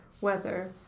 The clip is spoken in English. weather